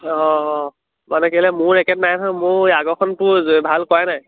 অঁ অঁ মানে কেলৈ মোৰ ৰেকেট নাই নহয় মোৰ আগৰখনটো ভাল কৰাই নাই